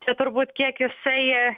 čia turbūt kiek jisai